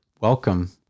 welcome